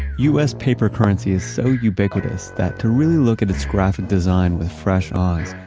u s. paper currency is so ubiquitous, that to really look at it's graphic design with fresh eyes,